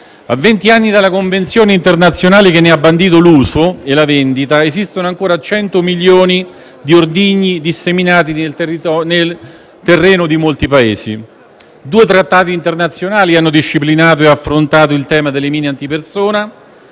A vent'anni dalla convenzione internazionale che ne ha bandito l'uso e la vendita, esistono ancora 100 milioni di ordigni disseminati nel terreno di molti Paesi. Due trattati internazionali hanno disciplinato e affrontato il tema delle mine antipersona